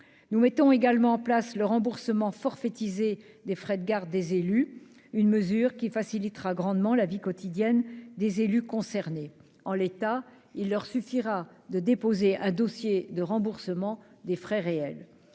Nous mettons également en place le remboursement forfaitisé des frais de garde des élus, une mesure qui facilitera grandement la vie quotidienne des intéressés. Il leur suffira de déposer un dossier de remboursement des frais réels.